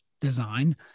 design